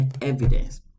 evidence